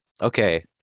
Okay